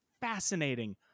fascinating